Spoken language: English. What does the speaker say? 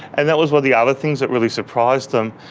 and that was one of the other things that really surprised them,